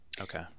okay